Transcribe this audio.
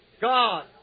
God